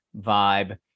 vibe